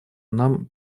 нам